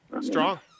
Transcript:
strong